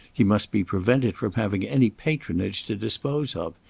he must be prevented from having any patronage to dispose of.